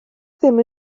ddim